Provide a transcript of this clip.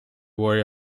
warrior